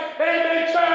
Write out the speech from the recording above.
Amen